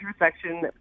intersection